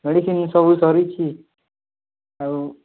medicine ସବୁ ସରିଛି ଆଉ